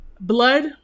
blood